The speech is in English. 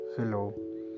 Hello